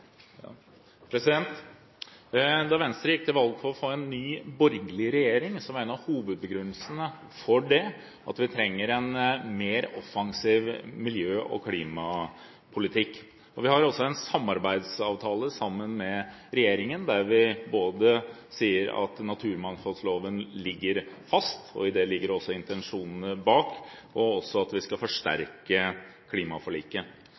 Da Venstre gikk til valg på å få en ny borgerlig regjering, var en av hovedbegrunnelsene for det at vi trenger en mer offensiv miljø- og klimapolitikk. Vi har også en samarbeidsavtale med regjeringen, der vi sier at naturmangfoldloven ligger fast, i det ligger også intensjonene bak, og også at vi skal forsterke klimaforliket.